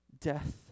death